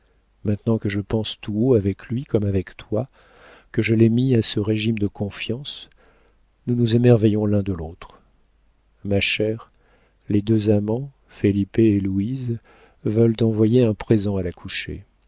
maintenant que je pense tout haut avec lui comme avec toi que je l'ai mis à ce régime de confiance nous nous émerveillons l'un de l'autre ma chère les deux amants felipe et louise veulent envoyer un présent